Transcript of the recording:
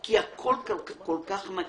כי הכול כל-כך נקי.